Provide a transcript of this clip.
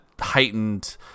heightened